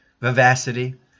vivacity